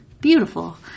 beautiful